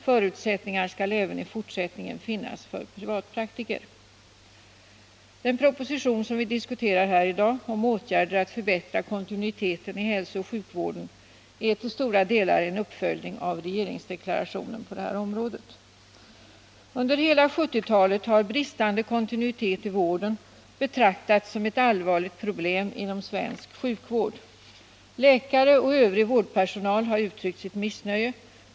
Förutsättningar skall även i fortsättningen finnas för privatpraktiker.” Propositionen 1979/80:116, som vi diskuterar i dag, om åtgärder att förbättra kontinuiteten i hälsooch sjukvården, är till stora delar en uppföljning av regeringsdeklarationen på detta område. Under hela 1970-talet har bristande kontinuitet i vården betraktats som ett allvarligt problem inom svensk sjukvård. Läkare och övrig vårdpersonal har uttryckt sitt missnöje.